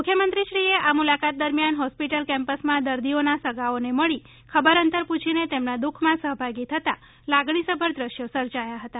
મુખ્યમંત્રીશ્રીએ આ મુલાકાત દરમિયાન હોસ્પિટલ કેમ્પસમાં દર્દીઓના સગાઓને મળી ખબર અંતર પૂછીને તેમના દુઃખમાં સહભાગી થતા લાગણીસભર દ્રશ્યો સર્જાયા હતા